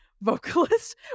vocalist